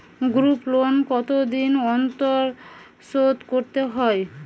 Group loan কতদিন অন্তর শোধকরতে হয়?